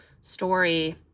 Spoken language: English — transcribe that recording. story